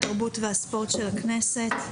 התרבות והספורט של הכנסת.